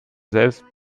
selbst